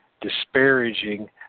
disparaging